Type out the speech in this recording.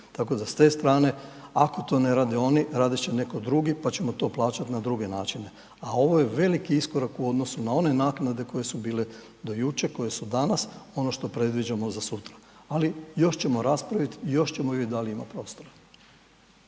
Tako da s te strane ako to ne rade oni, raditi će neki drugi pa ćemo to plaćati na druge načine. A ovo je veliki iskorak u odnosu na one naknade koje su bile do jučer, koje su danas, ono što predviđamo za sutra. Ali još ćemo raspraviti, još ćemo vidjeti da li ima prostora.